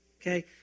okay